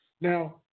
Now